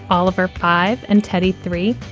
oliver five and teddy, three.